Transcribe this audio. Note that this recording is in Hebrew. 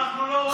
אנחנו לא רוצים,